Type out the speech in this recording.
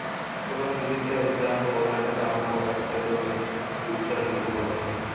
call জিলিসের যা পরের দাম হ্যবেক সেটকে ফিউচার ভ্যালু ব্যলে